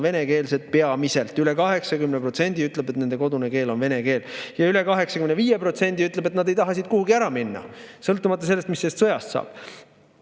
venekeelsed. Üle 80% ütleb, et nende kodune keel on vene keel, ja üle 85% ütleb, et nad ei taha siit kuhugi ära minna, sõltumata sellest, mis sellest sõjast